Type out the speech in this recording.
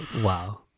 Wow